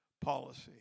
policy